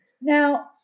Now